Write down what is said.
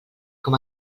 com